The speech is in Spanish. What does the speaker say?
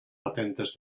patentes